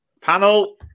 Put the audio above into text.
panel